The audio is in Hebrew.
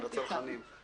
לצרכנים.